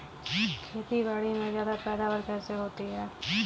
खेतीबाड़ी में ज्यादा पैदावार कैसे होती है?